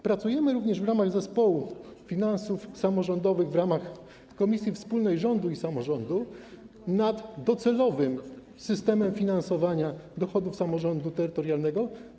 Pracujemy również w ramach zespołu finansów samorządowych w komisji wspólnej rządu i samorządu nad docelowym systemem finansowania dochodów samorządu terytorialnego.